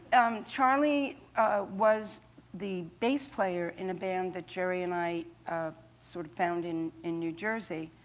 um charlie was the bass player in a band that gerry and i sort of found in in new jersey.